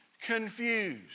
confused